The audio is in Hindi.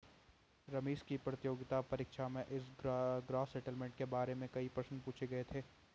रमेश की प्रतियोगिता परीक्षा में इस ग्रॉस सेटलमेंट के बारे में कई प्रश्न पूछे गए थे